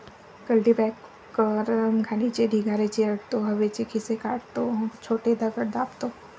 cultipacker घाणीचे ढिगारे चिरडतो, हवेचे खिसे काढतो, छोटे दगड दाबतो